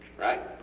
right?